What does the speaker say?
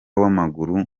w’amaguru